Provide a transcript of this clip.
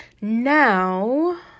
now